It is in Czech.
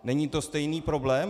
Není to stejný problém?